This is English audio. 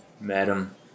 madam